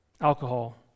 Alcohol